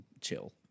chill